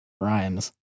rhymes